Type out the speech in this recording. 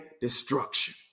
destruction